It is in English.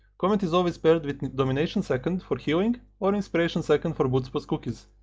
comet is always paired with domination second for healiing or inspiration second for boots boots cookies.